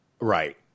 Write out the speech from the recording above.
Right